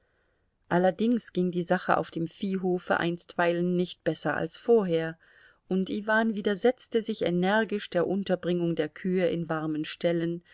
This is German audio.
allerdings ging die sache auf dem viehhofe einstweilen nicht besser als vorher und iwan widersetzte sich energisch der unterbringung der kühe in warmen ställen